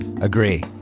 agree